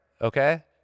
okay